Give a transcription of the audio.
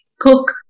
cook